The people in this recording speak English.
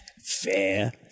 Fair